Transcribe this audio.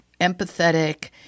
empathetic